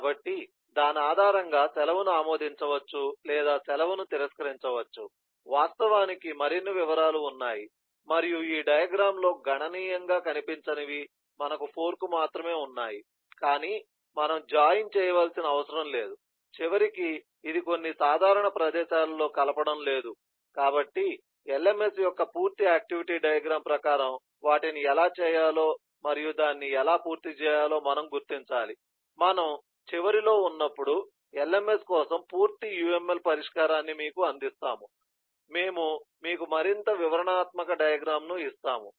కాబట్టి దాని ఆధారంగా సెలవును ఆమోదించవచ్చు లేదా సెలవును తిరస్కరించవచ్చు వాస్తవానికి మరిన్ని వివరాలు ఉన్నాయి మరియు ఈ డయాగ్రమ్ లో గణనీయంగా కనిపించనివి మనకు ఫోర్క్ మాత్రమే ఉన్నాయి కాని మనం జాయిన్ చేయవలసిన అవసరం లేదు చివరికి ఇది కొన్ని సాధారణ ప్రదేశాలలో కలపడం లేదు కాబట్టి LMS యొక్క పూర్తి ఆక్టివిటీ డయాగ్రమ్ ప్రకారం వాటిని ఎలా చేయాలో మరియు దాన్ని ఎలా పూర్తి చేయాలో మనము గుర్తించాలి మనము చివరిలో ఉన్నప్పుడు LMS కోసం పూర్తి UML పరిష్కారాన్ని మీకు అందిస్తాము మేము మీకు మరింత వివరణాత్మక డయాగ్రమ్ ను ఇస్తాము